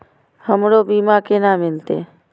हमरो बीमा केना मिलते?